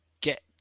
get